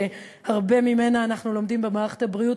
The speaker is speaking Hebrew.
שאנחנו לומדים ממנה הרבה במערכת הבריאות,